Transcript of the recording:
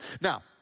Now